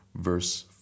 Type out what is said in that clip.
verse